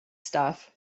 stuff